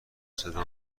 صدا